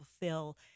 fulfill